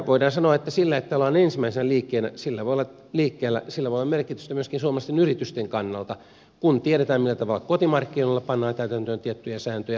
voidaan sanoa että sillä että ollaan ensimmäisenä liikkeellä voi olla merkitystä myöskin suomalaisten yritysten kannalta kun tiedetään millä tavalla kotimarkkinoilla pannaan täytäntöön tiettyjä sääntöjä